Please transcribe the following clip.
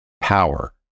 power